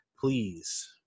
Please